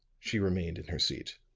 she remained in her seat.